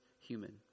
human